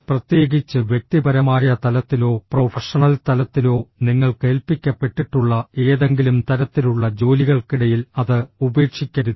പ്രത്യേകിച്ച് വ്യക്തിപരമായ തലത്തിലോ പ്രൊഫഷണൽ തലത്തിലോ നിങ്ങൾക്ക് ഏൽപ്പിക്കപ്പെട്ടിട്ടുള്ള ഏതെങ്കിലും തരത്തിലുള്ള ജോലികൾക്കിടയിൽ അത് ഉപേക്ഷിക്കരുത്